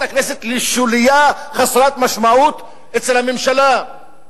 הכנסת לשוליה חסרת משמעות אצל הממשלה.